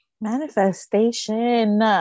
Manifestation